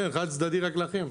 כן חד צדדי רק לכם.